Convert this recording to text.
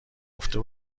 گفته